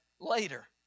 later